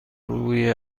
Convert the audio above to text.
روی